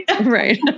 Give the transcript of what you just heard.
Right